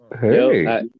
Hey